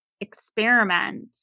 experiment